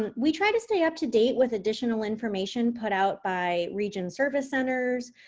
and we try to stay up to date with additional information put out by region service centers,